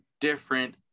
different